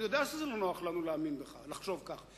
אני יודע שזה לא נוח לנו לחשוב כך,